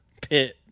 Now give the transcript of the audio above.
pit